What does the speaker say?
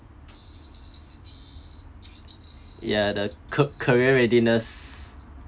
ya the ca~ career readiness